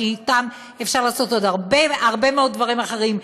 שאתן אפשר לעשות עוד הרבה מאוד דברים אחרים,